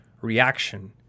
reaction